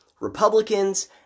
Republicans